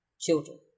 children